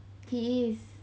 he is